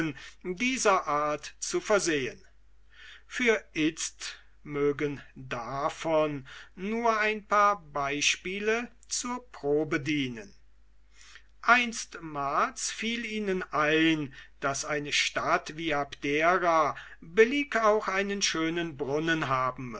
dieser art zu versehen für itzt mögen davon nur ein paar beispiele zur probe dienen einsmals fiel ihnen ein daß eine stadt wie abdera billig auch einen schönen brunnen haben